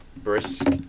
Brisk